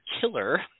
killer